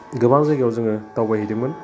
गोबां जायगायाव जोङो दावबायहैदोंमोन